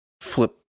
flip